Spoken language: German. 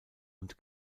und